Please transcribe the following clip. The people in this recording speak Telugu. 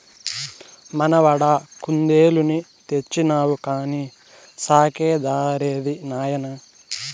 మనవడా కుందేలుని తెచ్చినావు కానీ సాకే దారేది నాయనా